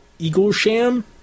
Eaglesham